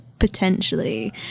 potentially